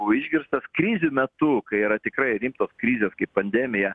buvo išgirstas krizių metu kai yra tikrai rimtos krizės kaip pandemija